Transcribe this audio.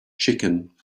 chicken